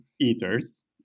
eaters